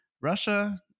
Russia